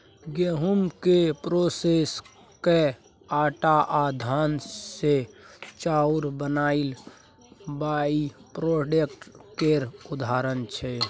गहुँम केँ प्रोसेस कए आँटा आ धान सँ चाउर बनाएब बाइप्रोडक्ट केर उदाहरण छै